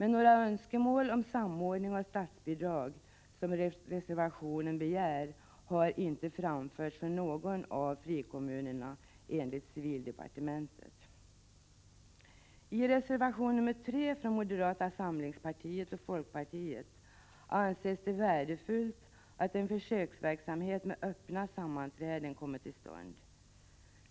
Några önskemål om samordning av statsbidrag, som begärs i reservationen, har inte framförts från någon av frikommunerna enligt civildepartementet. I reservation 3 från moderata samlingspartiet och folkpartiet anses det värdefullt att en försöksverksamhet med öppna sammanträden kommer till stånd.